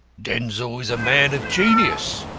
denzil is a man of genius,